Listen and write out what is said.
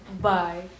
bye